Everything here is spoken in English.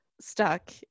stuck